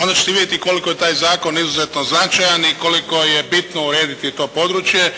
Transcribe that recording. onda ćete vidjeti koliko je taj zakon izuzetno značajan i koliko je bitno urediti to područje.